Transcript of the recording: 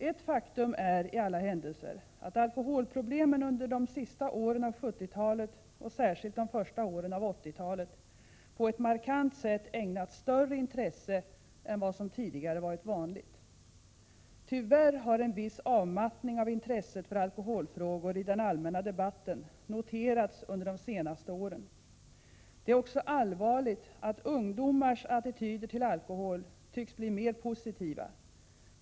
Ett faktum är i alla händelser att alkoholproblemen under de sista åren av 1970-talet och särskilt de första åren av 1980-talet på ett markant sätt ägnats större uppmärksamhet än vad som tidigare varit vanligt. Tyvärr har en viss avmattning av intresset för alkoholfrågor i den allmänna debatten noterats under de senaste åren. Det är också allvarligt att ungdomars attityder till alkohol tycks bli mer positiva.